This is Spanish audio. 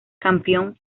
campeón